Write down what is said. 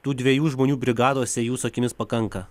tų dviejų žmonių brigadose jūsų akimis pakanka